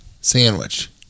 sandwich